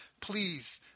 please